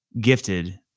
gifted